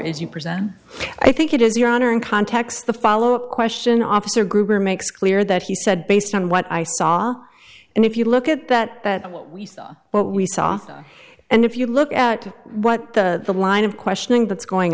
as you present i think it is your honor in context the follow up question officer gruber makes clear that he said based on what i saw and if you look at that that what we saw what we saw and if you look at what the the line of questioning that's going